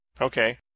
okay